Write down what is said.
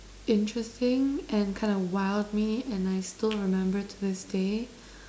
interesting and kind of wowed me and I still remember till this day